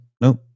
No